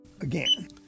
again